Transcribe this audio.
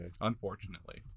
Unfortunately